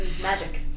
Magic